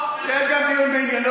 יש גם דיון בעניינו,